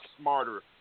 smarter